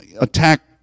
attack